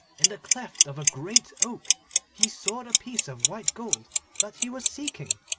in the cleft of a great oak-tree he saw the piece of white gold that he was seeking.